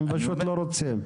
הם פשוט לא רוצים.